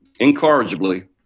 incorrigibly